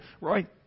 right